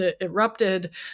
erupted